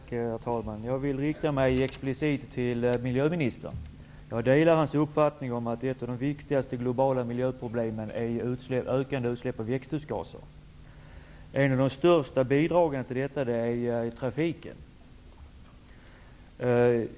Herr talman! Jag vill rikta mig explicit till miljöministern. Jag delar hans uppfattning att ett av de viktigaste globala miljöproblemen är ökande utsläpp av växthusgaser. Ett av de största bidragen till detta ger trafiken.